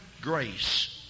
grace